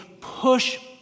push